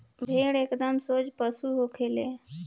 भेड़ एकदम सोझ पशु होखे ले